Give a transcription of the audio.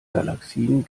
galaxien